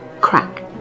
crack